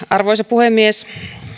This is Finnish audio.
arvoisa puhemies